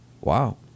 Wow